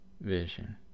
vision